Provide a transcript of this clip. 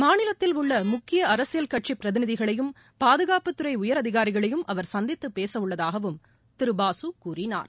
மாநிலத்தில் உள்ளமுக்கியஅரசியல் கட்சிபிரதிநிதிகளையும் பாதுகாப்புத்துறையர் அதிகாரிகளையும் அவர் சந்தித்துபேசவுள்ளதாகவும் திருபாசுகூறினார்